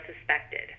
suspected